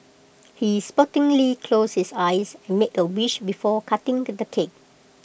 he sportingly closed his eyes and made A wish before cutting on the cake